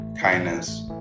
Kindness